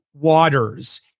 waters